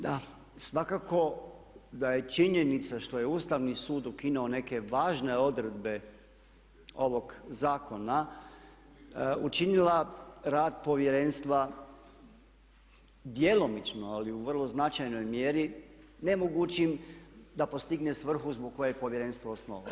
Da, svakako da je činjenica što je Ustavni sud ukinuo neke važne odredbe ovog zakona učinila rad Povjerenstva djelomično, ali u vrlo značajnoj mjeri nemogućim da postigne svrhu zbog koje je Povjerenstvo osnovano.